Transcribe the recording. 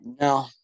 No